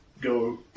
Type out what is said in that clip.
go